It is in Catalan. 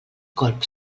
colp